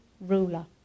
Ruler